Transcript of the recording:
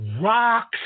rocks